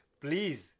please